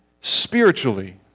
spiritually